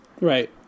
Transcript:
Right